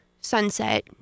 sunset